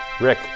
Rick